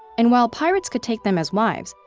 and while pirates could take them as wives,